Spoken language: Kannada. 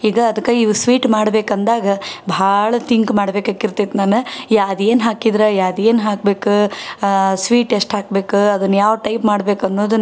ಈಗ ಅದಕ್ಕೆ ಇವು ಸ್ವೀಟ್ ಮಾಡ್ಬೇಕು ಅಂದಾಗ ಬಹಳ ತಿಂಕ್ ಮಾಡ್ಬೇಕು ಆಕ್ಕಿರ್ತೈತಿ ನಾನು ಯಾವ ಅದು ಏನು ಹಾಕಿದ್ರು ಯಾವ್ದು ಏನು ಹಾಕ್ಬೇಕು ಸ್ವೀಟ್ ಎಷ್ಟು ಹಾಕ್ಬೇಕು ಅದನ್ನ ಯಾವ ಟೈಪ್ ಮಾಡ್ಬೇಕು ಅನ್ನೋದನ್ನು